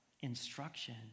instruction